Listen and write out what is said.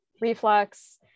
reflux